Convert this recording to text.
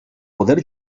poder